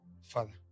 Father